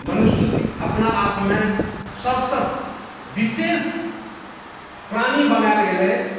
मनुष्य अपना आपमे सभसँ विशेष प्राणी बनाएल गेलै